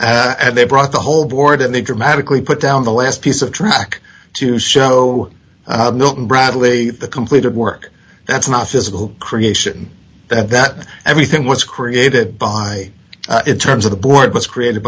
angeles and they brought the whole board and they dramatically put down the last piece of track to show milton bradley the completed work that's not physical creation that everything was created by in terms of the board was created